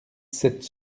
sept